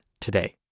today